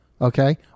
okay